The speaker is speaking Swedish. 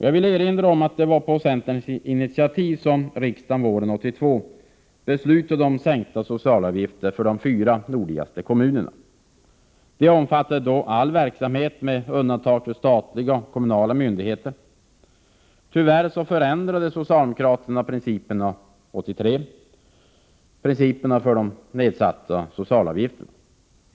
Jag vill erinra om att det var på centerns initiativ som riksdagen våren 1982 beslutade om sänkta socialavgifter för de fyra nordligaste kommunerna. Åtgärden omfattade då all verksamhet med undantag för statliga och kommunala myndigheter. Tyvärr förändrade socialdemokraterna år 1983 principerna för de nedsatta socialavgifterna.